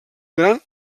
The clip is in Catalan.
gran